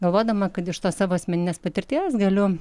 galvodama kad iš tos savo asmeninės patirties galiu